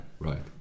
right